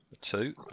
two